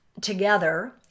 together